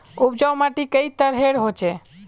उपजाऊ माटी कई तरहेर होचए?